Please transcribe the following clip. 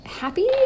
Happy